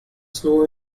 slow